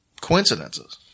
coincidences